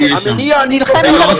אני מציע לכם,